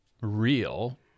real